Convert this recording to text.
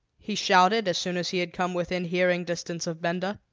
he shouted as soon as he had come within hearing distance of benda.